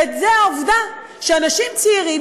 וזה העובדה שאנשים צעירים,